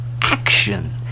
action